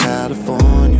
California